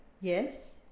Yes